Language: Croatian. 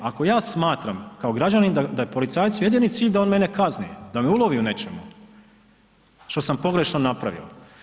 Ako ja smatram kao građanin da je policajcu jedini cilj da on mene kazne, da me ulovi u nečemu što sam pogrešno napravio.